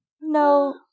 No